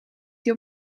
die